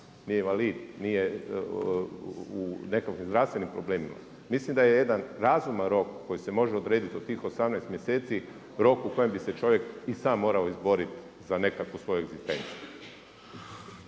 nije invalid, nije u nekakvim zdravstvenim problemima. Mislim da je jedan razuman rok koji se može odrediti od tih 18 mjeseci rok u kojem bi se čovjek i sam morao izboriti za nekakvu svoju egzistenciju.